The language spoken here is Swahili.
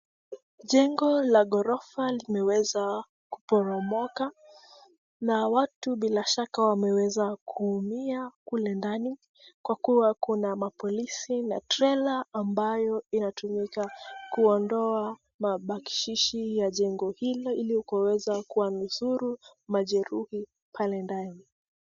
Jengo la ghorofa limeweza kuporomoka, na watu bila shaka wameweza kuumia kule ndani, kwa kuwa kuna mapolisi na trela ambayo inatumika kuondoa mabakshishi ya jengo hilo ili kuweza kuwanusuru majeruhi pale ndani.